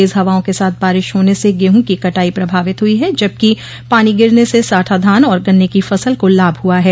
तेज हवाओं के साथ बारिश होने से गेहूं की कटाई प्रभावित हुई है जबकि पानी गिरने से साठा धान और गन्ने की फसल को लाभ हुआ है